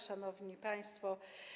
Szanowni Państwo!